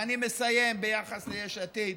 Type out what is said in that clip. ואני מסיים ביחס ליש עתיד.